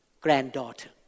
granddaughter